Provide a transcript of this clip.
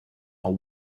are